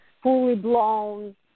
fully-blown